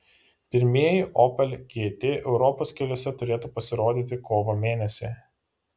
pirmieji opel gt europos keliuose turėtų pasirodyti kovo mėnesį